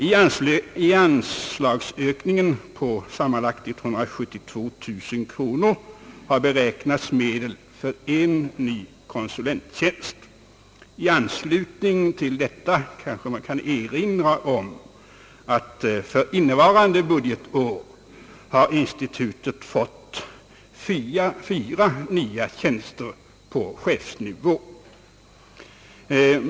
I anslagsökningen på sammanlagt 172 000 kronor har inräknats medel för en ny konsulenttjänst, och man kan i sammanhanget även erinra om att institutet innevarande budgetår fått fyra nya tjänster på chefsnivå.